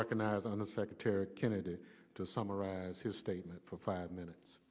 recognize on the secretary kennedy to summarize his statement for five minutes